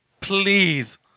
please